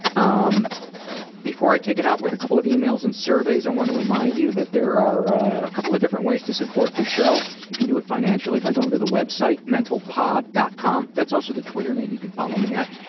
um before i take it out with a couple of emails and surveys, i want to remind you there are a couple of different ways to support the show. you can do it financially by going to the website mentalpod. com, that's also the twitter name you can follow me at.